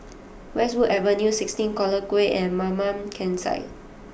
Westwood Avenue sixteen Collyer Quay and Mamam Campsite